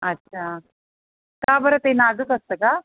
अच्छा का बरं ते नाजूक असतं का